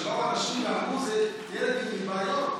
שבאו אנשים ואמרו: זה ילד עם בעיות,